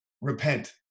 Repent